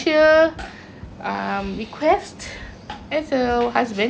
as a husband towards me for